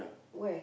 where